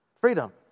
Freedom